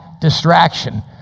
distraction